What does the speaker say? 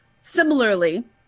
similarly